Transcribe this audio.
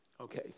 Okay